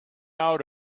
out